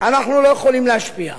אנחנו לא יכולים להשפיע,